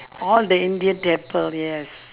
all the india temple yes